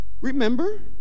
Remember